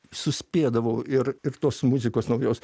suspėdavau ir ir tos muzikos naujos